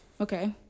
Okay